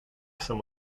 sem